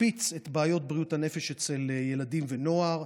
הקפיצו את בעיות בריאות הנפש אצל ילדים ונוער: